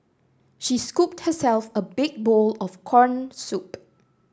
she scooped herself a big bowl of corn soup